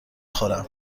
خورم